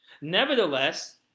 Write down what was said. nevertheless